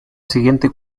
siguiente